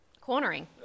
Cornering